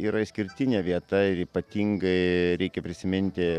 yra išskirtinė vieta ir ypatingai reikia prisiminti